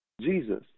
Jesus